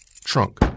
trunk